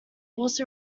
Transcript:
also